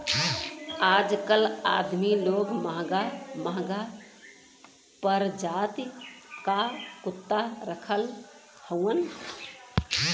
आजकल अदमी लोग महंगा महंगा परजाति क कुत्ता रखत हउवन